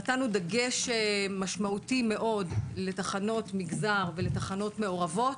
נתנו דגש משמעותי מאוד לתחנות המגזר ולתחנות המעורבות,